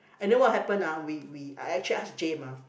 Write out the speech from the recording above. and then what happen ah we we I actually ask James ah